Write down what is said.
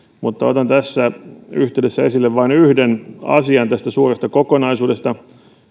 mutta otan tässä yhteydessä esille vain yhden asian tästä suuresta kokonaisuudesta